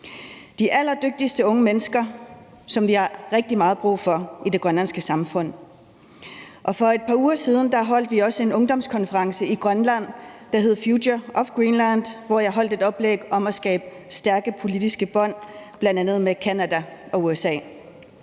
de allerdygtigste unge mennesker, som vi har rigtig meget brug for i det grønlandske samfund, og for et par uger siden holdt vi også en ungdomskonference i Grønland, der hed Future Greenland, hvor jeg holdt et oplæg om at skabe stærke politiske bånd bl.a. med Canada og USA.